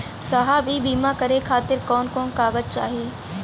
साहब इ बीमा करें खातिर कवन कवन कागज चाही?